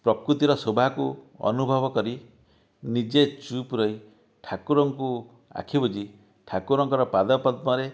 ପ୍ରକୃତିର ଶୋଭାକୁ ଅନୁଭବ କରି ନିଜେ ଚୁପ୍ ରହି ଠାକୁରଙ୍କୁ ଆଖି ବୁଜି ଠାକୁରଙ୍କର ପାଦ ପଦ୍ମରେ